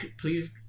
Please